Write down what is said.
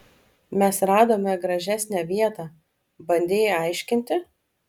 mes radome gražesnę vietą bandei aiškinti